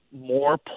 more